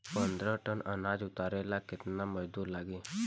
पन्द्रह टन अनाज उतारे ला केतना मजदूर लागी?